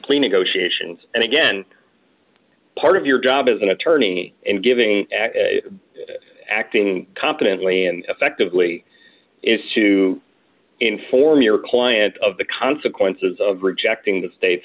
plea negotiations and again part of your job as an attorney and giving acting competently and effectively is to inform your client of the consequences of rejecting the state